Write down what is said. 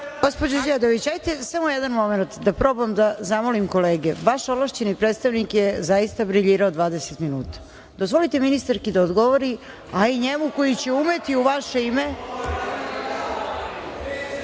Gospođo Đedović, samo jedan momenat, da probam da zamolim kolege. Vaš ovlašćeni predstavnik je zaista briljirao 20 minuta. Dozvolite ministarki da odgovori, a i njemu koji će umeti u vaše ime. Ja